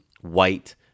white